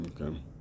okay